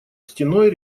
стеной